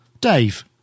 Dave